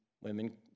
women